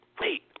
Wait